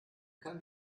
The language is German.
kann